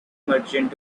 merchant